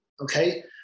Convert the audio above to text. Okay